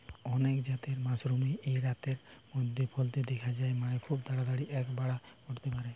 অনেক জাতের মাশরুমই এক রাতের মধ্যেই ফলতে দিখা যায় মানে, খুব তাড়াতাড়ি এর বাড়া ঘটতে পারে